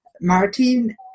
Martin